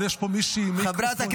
אבל יש פה מישהי עם מיקרופון טבעי,